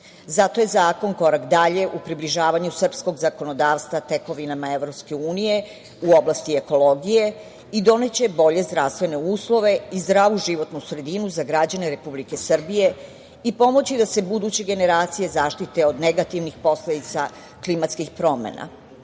Zato je zakon korak dalje u približavanju srpskog zakonodavstva tekovinama EU u oblasti ekologije i doneće bolje zdravstvene uslove i zdravu životnu sredinu za građane Republike Srbije i pomoći da se buduće generacije zaštite od negativnih posledica klimatskih promena. Zato